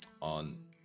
on